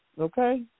Okay